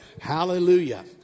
Hallelujah